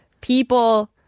people